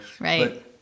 Right